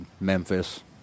Memphis